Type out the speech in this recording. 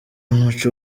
umuco